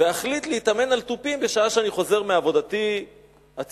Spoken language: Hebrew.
ואחליט להתאמן על תופים בשעה שאני חוזר מעבודתי הציבורית,